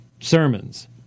Sermons